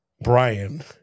Brian